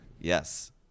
Yes